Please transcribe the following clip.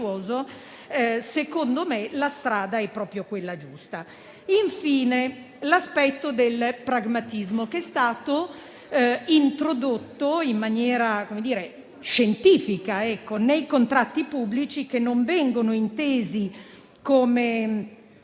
secondo me la strada è proprio quella giusta. Vi è infine l'aspetto del pragmatismo che è stato introdotto in maniera scientifica nei contratti pubblici, che vengono intesi non